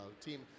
team